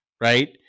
right